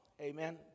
Amen